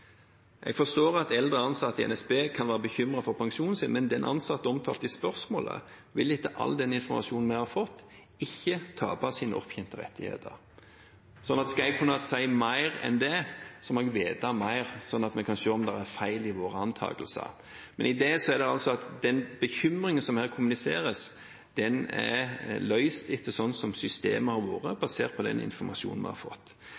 Jeg forstår at eldre ansatte i NSB kan være bekymret for pensjonen sin, men den ansatte omtalt i spørsmålet, vil etter all den informasjonen vi har fått, ikke tape sine opptjente rettigheter. Skal jeg kunne si mer enn dette, må jeg vite mer – slik at vi kan se om det er feil i våre antakelser. I det ligger at den bekymringen som her kommuniseres, er løst etter slik som systemet har vært og basert på den informasjonen vi har fått.